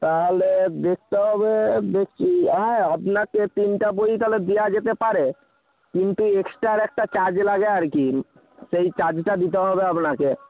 তাহলে দেখতে হবে দেখছি হ্যাঁ আপনাকে তিনটে বইই তাহলে দেওয়া যেতে পারে কিন্তু এক্সট্রা আর একটা চার্জ লাগে আর কি সেই চার্জটা দিতে হবে আপনাকে